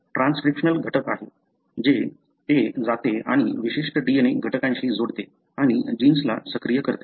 transcriptional घटक आहे ते जाते आणि विशिष्ट DNA घटकांशी जोडते आणि जीन्सला सक्रिय करते